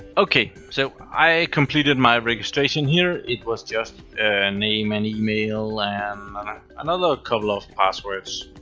okay, so i completed my registration here, it was just and name and email and another couple of passwords.